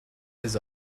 his